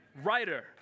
writer